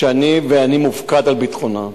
שאני ואני מופקד על ביטחונו,